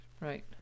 Right